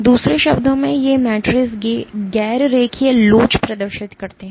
दूसरे शब्दों में ये मैट्रीज़ गैर रेखीय लोच प्रदर्शित करते हैं